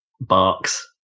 barks